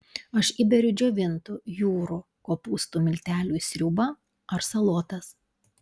aš įberiu džiovintų jūrų kopūstų miltelių į sriubą ar salotas